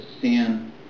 sin